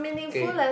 okay